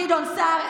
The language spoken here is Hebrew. גדעון סער,